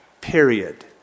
Period